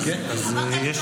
ואמרת לי: תוציאי לי שאילתה.